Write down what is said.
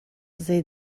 zei